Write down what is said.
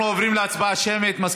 אנחנו עוברים להצבעה שמית.